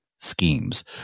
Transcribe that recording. schemes